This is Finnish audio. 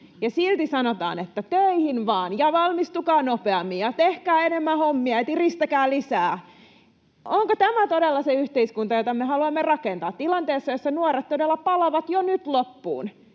silti sanotaan, että töihin vaan ja valmistukaa nopeammin ja tehkää enemmän hommia ja tiristäkää lisää. Onko tämä todella se yhteiskunta, jota me haluamme rakentaa? Tilanteessa, jossa nuoret todella palavat jo nyt loppuun,